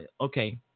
Okay